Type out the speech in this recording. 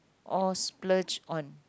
or splurge on